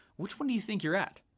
which one do you think you're at?